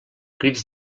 crits